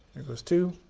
here goes two.